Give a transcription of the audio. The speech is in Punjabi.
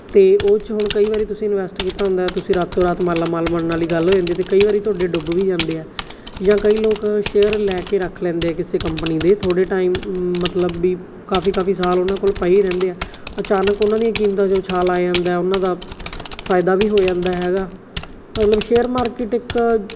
ਅਤੇ ਉਹ 'ਚ ਹੁਣ ਕਈ ਵਾਰ ਤੁਸੀਂ ਇੰਨਵੈਸਟ ਕੀਤਾ ਹੁੰਦਾ ਤੁਸੀ ਰਾਤੋ ਰਾਤ ਮਾਲਾ ਮਾਲ ਬਣਨ ਵਾਲੀ ਗੱਲ ਹੋ ਜਾਂਦੀ ਅਤੇ ਕਈ ਵਾਰੀ ਤੁਹਾਡੇ ਡੁੱਬ ਵੀ ਜਾਂਦੇ ਆ ਜਾਂ ਕਈ ਲੋਕ ਸ਼ੇਅਰ ਲੈ ਕੇ ਰੱਖ ਲੈਂਦੇ ਕਿਸੇ ਕੰਪਨੀ ਦੇ ਥੋੜ੍ਹੇ ਟਾਈਮ ਮਤਲਬ ਵੀ ਕਾਫ਼ੀ ਕਾਫ਼ੀ ਸਾਲ ਉਹਨਾਂ ਕੋਲ ਪਏ ਰਹਿੰਦੇ ਆ ਅਚਾਨਕ ਉਹਨਾ ਦੀਆਂ ਕੀਮਤਾਂ ਜੋ ਉਛਾਲ ਆ ਜਾਂਦਾ ਉਹਨਾ ਦਾ ਫ਼ਾਇਦਾ ਵੀ ਹੋ ਜਾਂਦਾ ਹੈਗਾ ਮਤਲਬ ਸ਼ੇਅਰ ਮਾਰਕੀਟ ਇੱਕ